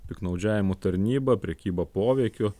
piktnaudžiavimu tarnyba prekyba poveikiu